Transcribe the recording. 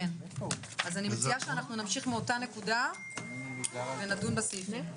אני מציעה שאנחנו נמשיך מאותה נקודה ונדון בסעיפים.